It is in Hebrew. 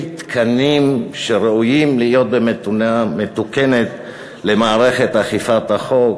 תקנים שראויים להיות במדינה מתוקנת למערכת אכיפת החוק,